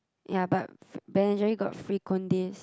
ya but Ben and Jerry got free cones day